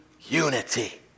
unity